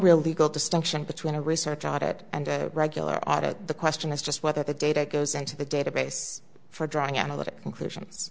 real legal distinction between a research audit and a regular audit the question is just whether the data goes into the database for drawing analytic conclusions